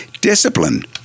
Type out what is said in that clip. discipline